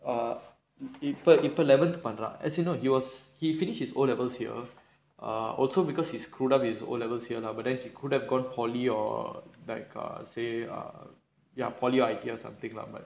ah இப்ப இப்ப:ippa ippa eleventh பண்றான்:pandraan as in no he was he finish his O levels here err also because he screwed up his O levels here lah but then he could've gone polytechnic or like err say err ya polytechnic I_T_E or something lah but